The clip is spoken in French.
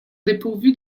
dépourvues